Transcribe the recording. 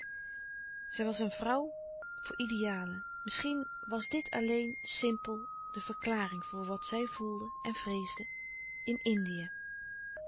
zij was een vrouw voor idealen misschien was dit alleen simpel de verklaring voor wat zij voelde en vreesde in indië